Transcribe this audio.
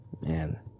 Man